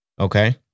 Okay